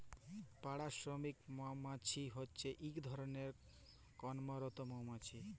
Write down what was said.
পাড়া শ্রমিক মমাছি হছে ইক ধরলের কম্মরত মমাছি